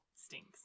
stinks